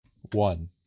One